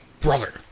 brother